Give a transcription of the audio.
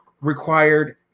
required